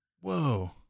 Whoa